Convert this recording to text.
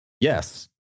Yes